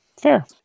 fair